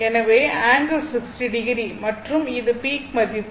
எனவே angle 60o மற்றும் இது பீக் மதிப்பு